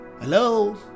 Hello